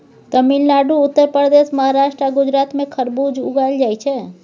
तमिलनाडु, उत्तर प्रदेश, महाराष्ट्र आ गुजरात मे खरबुज उगाएल जाइ छै